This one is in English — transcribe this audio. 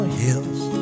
hills